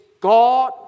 God